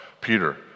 Peter